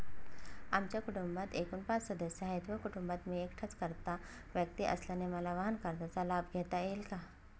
आमच्या कुटुंबात एकूण पाच सदस्य आहेत व कुटुंबात मी एकटाच कर्ता व्यक्ती असल्याने मला वाहनकर्जाचा लाभ घेता येईल का?